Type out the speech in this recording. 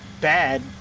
bad